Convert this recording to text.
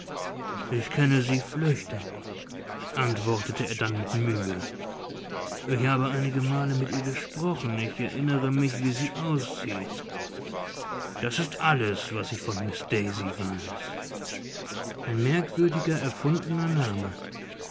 ich kenne sie flüchtig antwortete er dann mit mühe ich habe einige male mit ihr gesprochen ich erinnere mich wie sie aussieht das ist alles was ich von miß daisy weiß ein merkwürdiger erfundener vorname